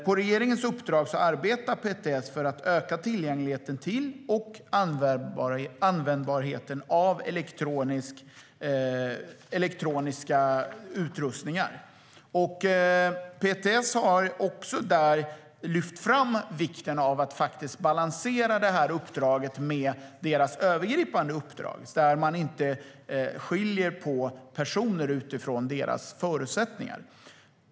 På regeringens uppdrag arbetar PTS för att öka tillgängligheten till och användbarheten av elektroniska utrustningar. PTS har lyft fram vikten av att balansera det här uppdraget med deras övergripande uppdrag, där man inte skiljer på personer utifrån deras förutsättningar.